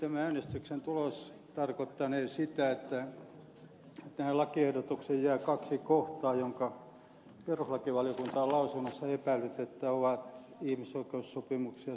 tämä äänestyksen tulos tarkoittanee sitä että tähän lakiehdotukseen jää kaksi kohtaa joista perustuslakivaliokunta on lausunnossaan epäillyt että ne ovat ihmisoikeussopimuksen ja sen lisäpöytäkirjan vastaisia